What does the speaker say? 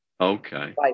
Okay